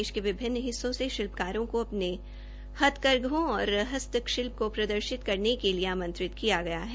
देश के विभिन्न हिस्सो से शिल्पकारों को अपने हथकरघों और हस्त शिल्प को प्रदर्शित करने के लिए आमंत्रित किया गया है